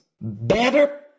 better